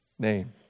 name